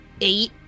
Eight